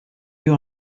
you